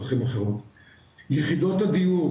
יחידות הדיור,